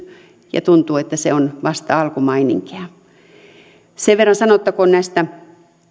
ja tuntuu että se on vasta alkumaininkia sen verran sanottakoon näiden